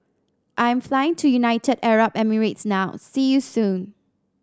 I am flying to United Arab Emirates now see you soon